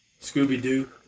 Scooby-Doo